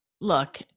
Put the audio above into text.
look